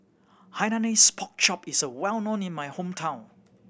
Hainanese Pork Chop is well known in my hometown